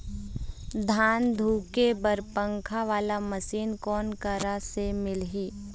धान धुके बर पंखा वाला मशीन कोन करा से मिलही?